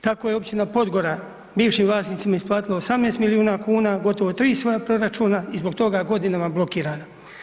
Tako je općina Podgora bivšim vlasnicima isplatila 18 milijuna kuna, gotovo 3 svoja proračuna i zbog toga je godinama blokirana.